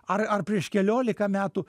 ar ar prieš keliolika metų